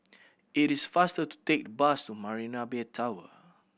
it is faster to take the bus to Marina Bay Tower